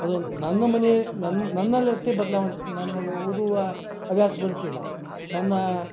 ಅದು ನನ್ನ ಮನೆ ನನ್ನ ನನ್ನಲ್ಲಷ್ಟೇ ಬದಲಾವಣೆ ನನಗೆ ಓದುವ ಹವ್ಯಾಸ ಬೆಳೆಸಲಿಲ್ಲ ನನ್ನ